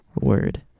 word